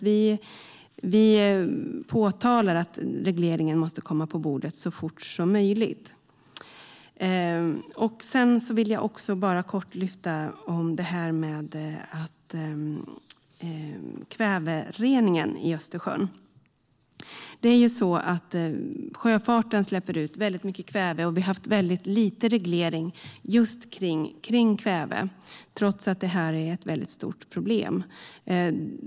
Vi påpekar alltså att regleringen måste komma på bordet så fort som möjligt. Jag vill kort lyfta frågan om kvävereningen i Östersjön. Sjöfarten släpper ut mycket kväve, och vi har haft väldigt lite reglering just när det gäller kväve, trots att det här är ett mycket stort problem.